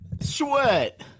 sweat